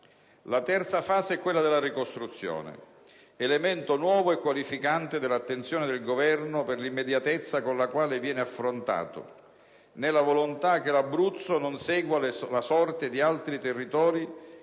La terza fase è quella della ricostruzione, elemento nuovo e qualificante dell'azione del Governo per l'immediatezza con la quale viene affrontata, nella volontà che l'Abruzzo non segua la sorte di altri territori